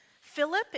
Philip